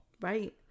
right